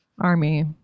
Army